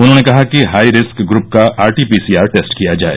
उन्होंने कहा है कि हाई रिस्क ग्रुप का आरटीपीसीआर टेस्ट किया जाए